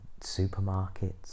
supermarkets